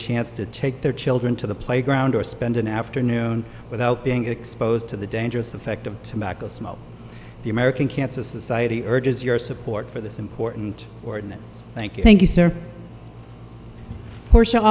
chance to take their children to the playground or spend an afternoon without being exposed to the dangerous effect of tobacco smoke the american cancer society urges your support for this important ordinance thank you thank you sir porti